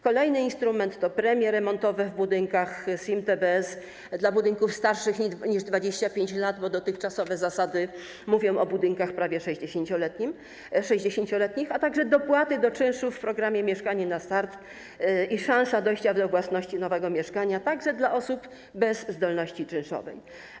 Kolejny instrument to premie remontowe w budynkach SIM, TBS, dla budynków starszych niż 25 lat, bo dotychczasowe zasady mówią o budynkach prawie 60-letnich, a także dopłaty do czynszów w programie „Mieszkanie na start” i szansa dojścia do własności nowego mieszkania także dla osób bez zdolności czynszowej.